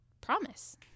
promise